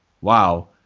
wow